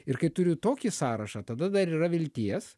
ir kai turiu tokį sąrašą tada dar yra vilties